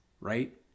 right